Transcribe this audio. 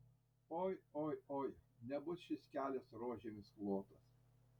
oi oi oi nebus šis kelias rožėmis klotas